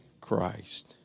Christ